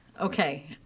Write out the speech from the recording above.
Okay